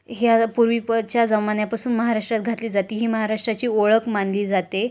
ह्या पूर्वीच्या जमान्यापासून महाराष्ट्रात घातली जाती ही महाराष्ट्राची ओळख मानली जाते